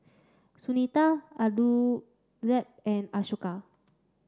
Sunita Aurangzeb and Ashoka